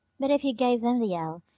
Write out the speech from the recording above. but if you gave them the ell,